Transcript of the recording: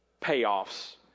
payoffs